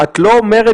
זאת אומרת